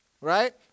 right